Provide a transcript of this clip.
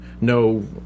no